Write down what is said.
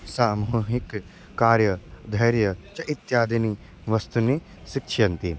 सामूहिककार्यं धैर्यं च इत्यादीनि वस्तूनि शिक्षयन्ति